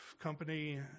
company